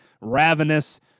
ravenous